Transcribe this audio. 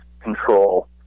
control